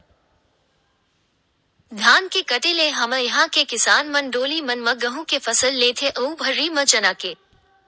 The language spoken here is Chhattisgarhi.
धान के कटे ले हमर इहाँ के किसान मन डोली मन म गहूँ के फसल लेथे अउ भर्री म चना के